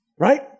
Right